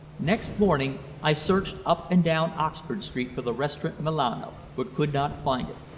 next morning i searched up and down oxford street for the restaurant milano, but could not find it.